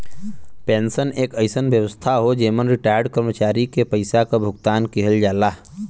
pension एक अइसन व्यवस्था हौ जेमन रिटार्यड कर्मचारी के पइसा क भुगतान किहल जाला